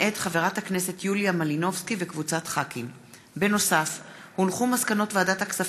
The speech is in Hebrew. מאת חברי הכנסת יוליה מלינובסקי, עודד פורר,